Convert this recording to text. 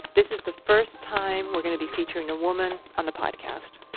this is the first time we're going to be featuring a woman on the podcast.